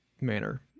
manner